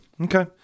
okay